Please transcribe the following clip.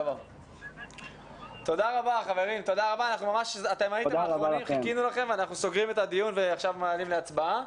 תודה רבה, אנחנו סוגרים את הדיון ומעלים להצבעה.